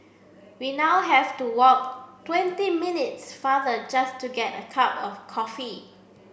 we now have to walk twenty minutes farther just to get a cup of coffee